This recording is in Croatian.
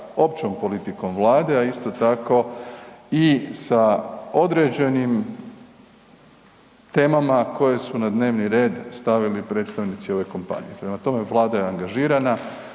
općom politikom Vlade, a isto tako i sa određenim temama koje su na dnevni red stavili predstavnici ove kompanije. Prema tome, Vlada je angažirana,